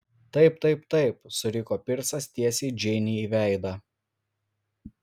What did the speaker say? taip taip taip suriko pirsas tiesiai džeinei į veidą